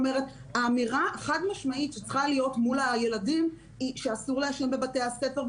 האמירה החד משמעית שצריכה להיות מול הילדים זה שאסור לעשן בבתי הספר,